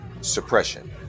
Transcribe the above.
suppression